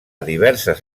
diverses